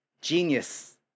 genius